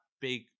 big